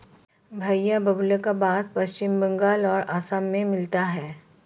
भईया बाबुल्का बास पश्चिम बंगाल और असम में मिलता है